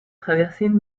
traverser